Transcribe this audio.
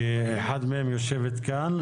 שאחת מהם יושבת כאן,